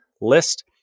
list